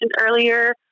earlier